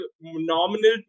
nominal